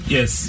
Yes